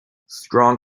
strong